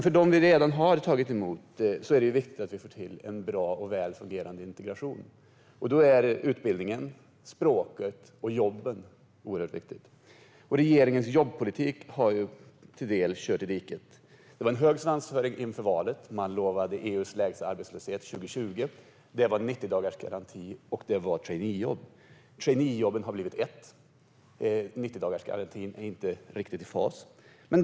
För dem vi redan har tagit emot är det viktigt att vi får till en bra och väl fungerande integration. Då är utbildning, språk och jobb oerhört viktigt. Regeringens jobbpolitik har till del kört i diket. Det var en hög svansföring inför valet. Man lovade EU:s lägsta arbetslöshet 2020, det var 90-dagarsgaranti och det var traineejobb. Traineejobben har blivit ett enda. 90-dagarsgarantin är inte riktigt i fas.